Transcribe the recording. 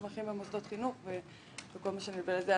מתמחים במוסדות חינוך וכל מה שנוגע לזה.